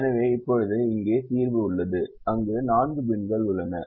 எனவே இப்போது இங்கே தீர்வு உள்ளது அங்கு 4 பின்கள் உள்ளன